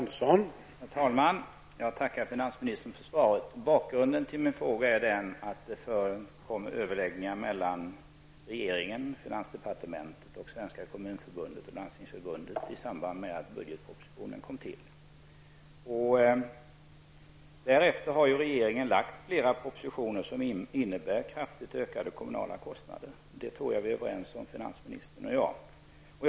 Herr talman! Jag tackar finansministern för svaret. Bakgrunden till min fråga är att det, i samband med att budgetpropositionen kom till, förekom överläggningar mellan regeringen, finansdepartementet och Svenska kommunförbundet och Landstingsförbundet. Därefter har regeringen lagt fram flera propositioner som innebär kraftigt ökade kommunala kostnader. Detta tror jag att finansministern och jag är överens om.